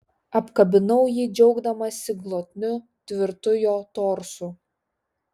apkabinau jį džiaugdamasi glotniu tvirtu jo torsu